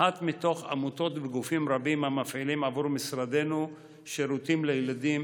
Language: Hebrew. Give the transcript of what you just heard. אחת מתוך עמותות וגופים רבים המפעילים בעבור משרדנו שירותים לילדים,